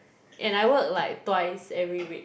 and I work like twice every week